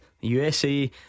USA